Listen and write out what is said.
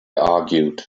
argued